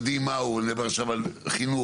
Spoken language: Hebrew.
אני מדבר עכשיו על חינוך,